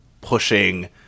pushing